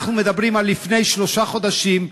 אנחנו מדברים על לפני שלושה חודשים,